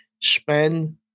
spend